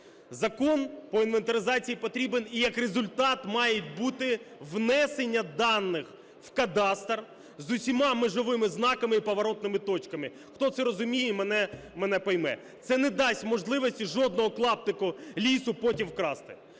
Закон по інвентаризації потрібен. І як результат має бути внесення даних в кадастр з усіма межовими знаками і поворотними точками. Хто це розуміє, мене пойме. Це не дасть можливості жодного клаптику лісу потім вкрасти.